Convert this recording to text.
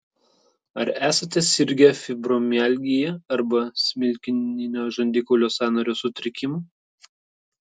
ar esate sirgę fibromialgija arba smilkininio žandikaulio sąnario sutrikimu